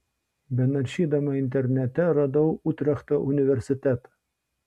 benaršydama internete radau utrechto universitetą